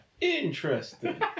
interesting